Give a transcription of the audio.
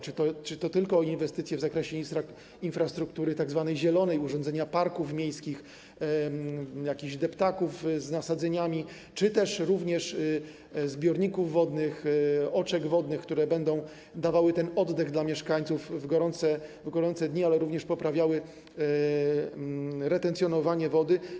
Czy tylko inwestycje w zakresie infrastruktury tzw. zielonej, urządzenia parków miejskich, jakichś deptaków z nasadzeniami, czy również zbiorników wodnych, oczek wodnych, które będą dawały oddech mieszkańcom w gorące dni, ale będą też poprawiały retencjonowanie wody.